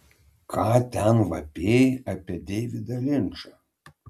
ką ten vapėjai apie deividą linčą